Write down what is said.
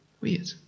Weird